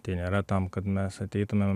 tai nėra tam kad mes ateitumėm